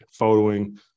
photoing